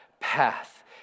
path